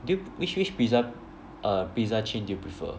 do you which which pizza uh pizza chain do you prefer